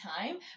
time